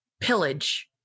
pillage